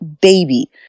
baby